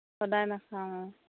সদায় নাখাওঁ অঁ